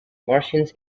martians